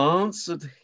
answered